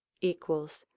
equals